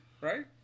right